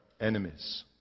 enemies